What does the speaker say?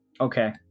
Okay